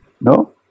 no